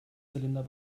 zylinder